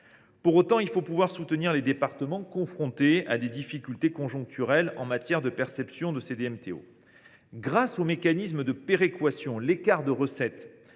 Pour autant, il faut pouvoir soutenir les départements confrontés à des difficultés conjoncturelles en matière de perception de ces prélèvements. Grâce au mécanisme de péréquation, l’écart de recettes